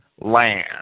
land